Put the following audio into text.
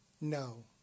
No